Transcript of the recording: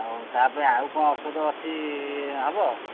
ଆଉ ତା ପାଇଁ ଆଉ କଣ ଔଷଧ ଅଛି ହେବ